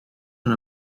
and